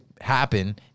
happen